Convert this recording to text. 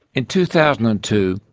in two thousand and two,